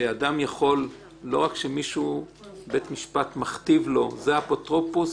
שאדם יכול לא רק כשבית משפט מכתיב לו שזה האפוטרופוס